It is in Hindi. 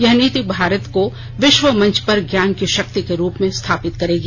यह नीति भारत को विश्व मंच पर ज्ञान की शक्ति के रूप में स्थापित करेगी